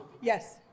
Yes